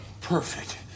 Perfect